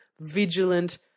vigilant